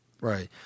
right